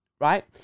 right